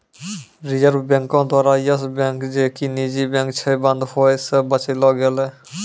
reserve बैंको द्वारा yes bank जे कि निजी बैंक छै, बंद होय से बचैलो गेलै